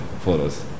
photos